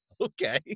Okay